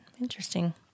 Interesting